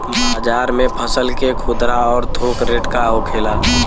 बाजार में फसल के खुदरा और थोक रेट का होखेला?